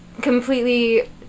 completely